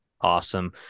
awesome